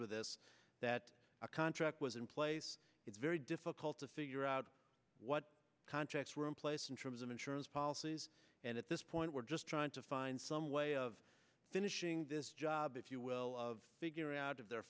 with this that a contract was in place it's very difficult to figure out what contracts were in place in terms of insurance policies and at this point we're just trying to find some way of finishing this job if you will of figure out of their